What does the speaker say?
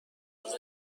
خارج